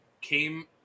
came